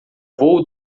vôo